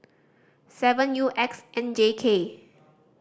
seven U X N J K